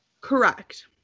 Correct